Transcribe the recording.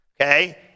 Okay